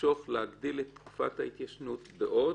להגדיל את תקופת ההתיישנות עוד.